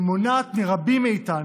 והיא מונעת מרבים מאיתנו,